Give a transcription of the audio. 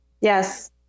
Yes